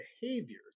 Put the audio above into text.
behavior